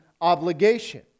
obligation